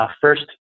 first